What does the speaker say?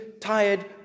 tired